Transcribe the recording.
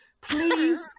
please